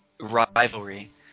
rivalry